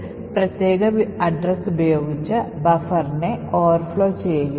അതിനാൽ ആ പ്രത്യേക പ്രോഗ്രാം അവസാനിക്കുന്ന സമയത്ത് സംഭവിക്കുന്ന മെമ്മറി മാപ്പ് സ്റ്റാക്ക് സ്മാഷിംഗ് മൂലം കണ്ടെത്തും